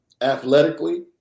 athletically